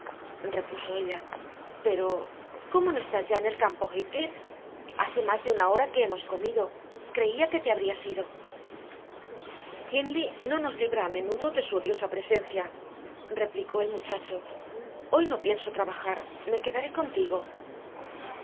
repuso ella pero cómo no estás ya en el campo heathcliff hace más de una hora que hemos comido creía que te habrías ido hindley no nos libra a menudo de su odiosa presencia replicó el muchacho hoy no pienso trabajar me quedaré contigo